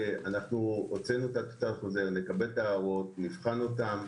הוצאנו את הטיוטה, נקבל את ההערות, נבחן אותן.